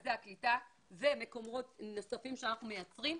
במרכזי הקליטה ומקומות נוספים שאנחנו מייצרים,